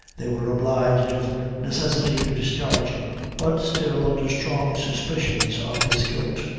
they were obliged of necessity to discharge him, but still under strong suspicions of his guilt.